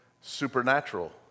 supernatural